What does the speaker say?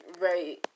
right